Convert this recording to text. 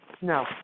No